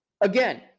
Again